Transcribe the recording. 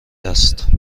است